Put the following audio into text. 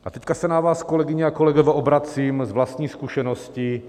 A teď se na vás, kolegyně a kolegové, obracím s vlastní zkušeností.